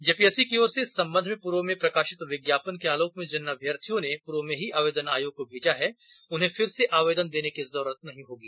JPSC की ओर से इस संबंध में पूर्व में प्रकाशित विज्ञापन के आलोक में जिन अभ्यर्थियों ने पूर्व में ही आवेदन आयोग को भेजा है उन्हें फिर से आवेदन देने की जरूरत नहीं होगी